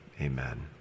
amen